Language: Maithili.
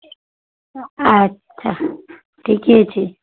अच्छा ठिके छै